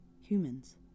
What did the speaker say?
humans